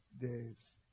days